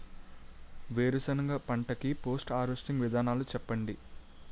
వేరుసెనగ పంట కి పోస్ట్ హార్వెస్టింగ్ విధానాలు చెప్పండీ?